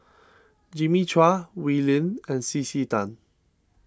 Jimmy Chua Wee Lin and C C Tan